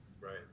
Right